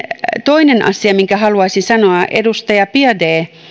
toinen asia minkä haluaisin sanoa myös edustaja